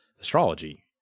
astrology